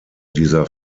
dieser